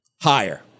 Higher